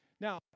Now